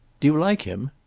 do you like him?